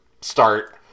start